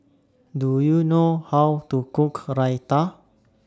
Do YOU know How to Cook Raita